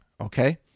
Okay